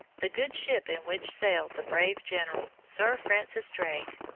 the good ship in which sailed the brave general, sir francis drake,